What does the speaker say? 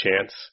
chance